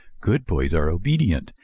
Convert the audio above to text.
good boys are obedient,